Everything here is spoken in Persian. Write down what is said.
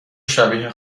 شبیه